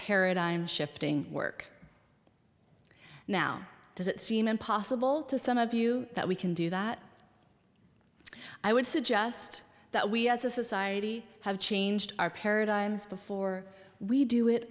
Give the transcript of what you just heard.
paradigm shifting work now does it seem impossible to some of you that we can do that i would suggest that we as a society have changed our paradigms before we do it